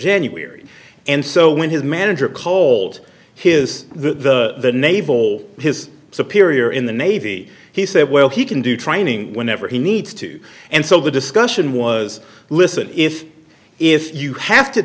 january and so when his manager cold his the naval his superior in the navy he said well he can do training whenever he needs to and so the discussion was listen if if you have to